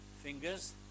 fingers